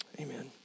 amen